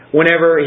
Whenever